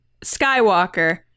Skywalker